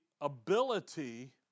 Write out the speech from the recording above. ability